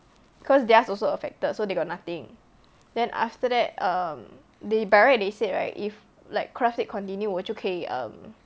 cause theirs also affected so they got nothing then after that um they by right they said right if like craft it continue 我就可以 um